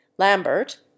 Lambert